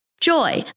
Joy